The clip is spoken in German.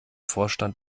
vorstand